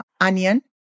onion